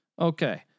Okay